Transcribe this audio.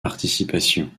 participation